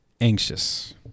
anxious